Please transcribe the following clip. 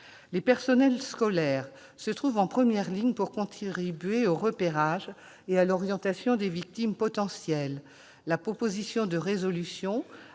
Les personnels scolaires se trouvent en première ligne pour contribuer au repérage et à l'orientation des victimes potentielles. La proposition de résolution